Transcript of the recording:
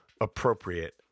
appropriate